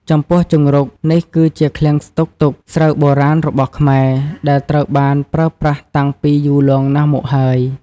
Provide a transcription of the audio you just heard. ចំពោះជង្រុក នេះគឺជាឃ្លាំងស្តុកទុកស្រូវបុរាណរបស់ខ្មែរ ដែលត្រូវបានប្រើប្រាស់តាំងពីយូរលង់ណាស់មកហើយ។